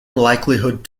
likelihood